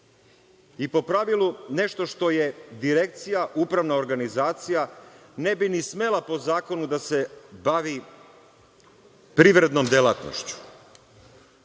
i po pravilu nešto što je direkcija, upravna organizacija, ne bi ni smela po zakonu da se bavi privrednom delatnošću.